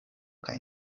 kaj